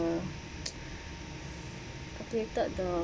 calculated the